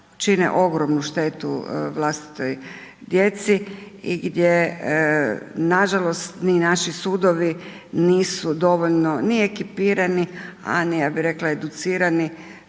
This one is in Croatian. čine ogromnu štetu vlastitoj djeci gdje nažalost ni naši sudovi nisu dovoljno ni ekipirani a ni ja bi rekla educirani